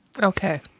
Okay